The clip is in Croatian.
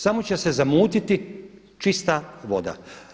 Samo će se zamutiti čista voda.